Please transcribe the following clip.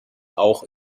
auch